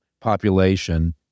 population